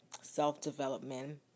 self-development